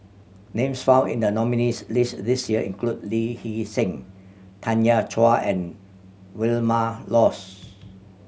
names found in the nominees' list this year include Lee Hee Seng Tanya Chua and Vilma Laus